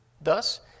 Thus